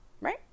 right